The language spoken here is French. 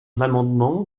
l’amendement